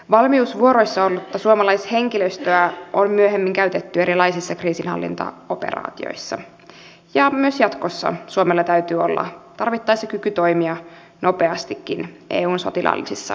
valmiusvuoroissa ollutta suomalaishenkilöstöä on myöhemmin käytetty erilaisissa kriisinhallintaoperaatioissa ja myös jatkossa suomella täytyy olla tarvittaessa kyky toimia nopeastikin eun sotilaallisissa kriisinhallintaoperaatioissa